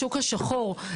לשוק השחור.